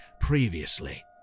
previously